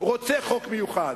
רוצה חוק מיוחד?